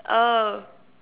oh